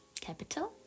Capital